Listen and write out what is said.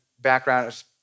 background